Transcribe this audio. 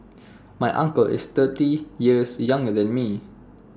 my uncle is thirty years younger than me